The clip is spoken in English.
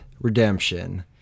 Redemption